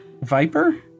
Viper